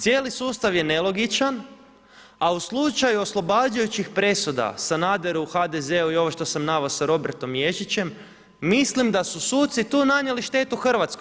Cijeli sustav je nelogičan, a u slučaju oslobađajućih presuda Sanaderu, HDZ-u i ovo što sam naveo sa Robertom Ježićem, mislim da su suci tu nanijeli štetu Hrvatskoj.